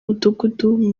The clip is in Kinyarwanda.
mudugudu